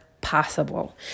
possible